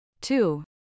Two